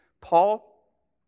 Paul